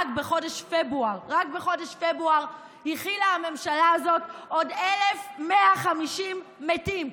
רק בחודש פברואר הכילה הממשלה הזאת עוד 1,150 מתים,